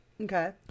Okay